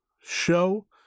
show